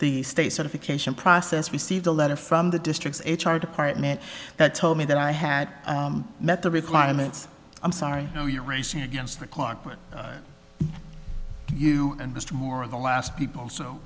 the state certification process received a letter from the district's h r department that told me that i had met the requirements i'm sorry oh you're racing against the clock when you and just more of the last people so